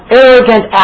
arrogant